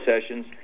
sessions